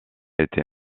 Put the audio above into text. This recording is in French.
été